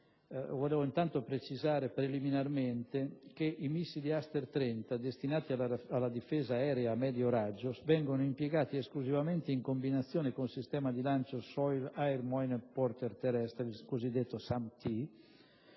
Vorrei intanto precisare preliminarmente che i missili Aster 30, destinati alla difesa aerea a medio raggio, vengono impiegati esclusivamente in combinazione con il sistema di lancio *Soil-Air Moyenne Portée-Terrestre* (SAMP-T).